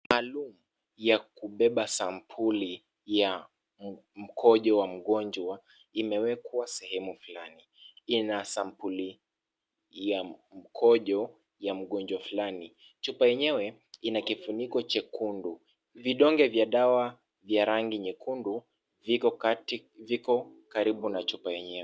Maalum ya kubeba sampuli ya mkojo wa mgonjwa, imewekwa sehemu fulani. Ina sampuli ya mkojo ya mgonjwa fulani. Chupa yenyewe ina kifuniko jekundu. Vidonge vya dawa vya rangi nyekundu viko kati, viko karibu na chupa yenyewe.